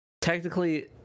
technically